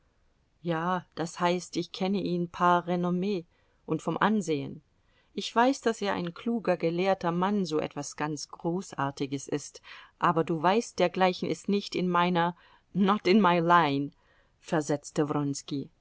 ja das heißt ich kenne ihn par renomme und von ansehen ich weiß daß er ein kluger gelehrter mann so etwas ganz großartiges ist aber du weißt dergleichen ist nicht in meiner not in my line versetzte